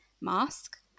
mask